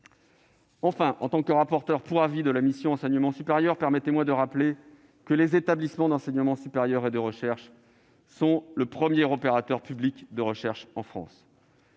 Enfin, en tant que rapporteur pour avis de la mission « Recherche et enseignement supérieur », permettez-moi de rappeler que les établissements d'enseignement supérieur et de recherche sont le premier opérateur public de recherche en France.